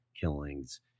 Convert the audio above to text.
killings